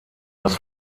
das